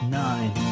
nine